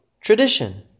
tradition